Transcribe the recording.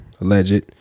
alleged